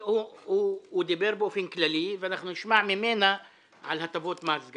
הוא דיבר באופן כללי ואנחנו נשמע ממנה על הטבות מס.